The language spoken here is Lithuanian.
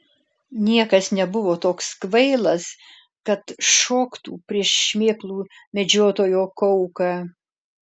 niekas nebuvo toks kvailas kad šoktų prieš šmėklų medžiotojo kauką